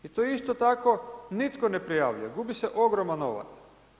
I to isto tako nitko ne prijavljuje, gubi se ogroman novac.